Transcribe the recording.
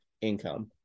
income